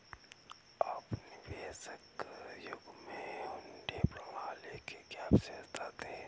औपनिवेशिक युग में हुंडी प्रणाली की क्या विशेषता थी?